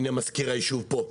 הנה, מזכיר היישוב פה.